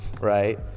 right